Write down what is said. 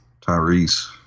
Tyrese